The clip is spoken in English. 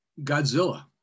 godzilla